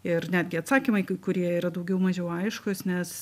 ir netgi atsakymai kai kurie yra daugiau mažiau aiškūs nes